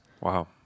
Wow